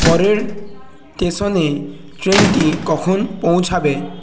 পরের স্টেশনে ট্রেনটি কখন পৌঁছাবে